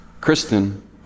Kristen